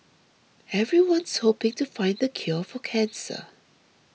everyone's hoping to find the cure for cancer